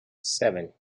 seven